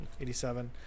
87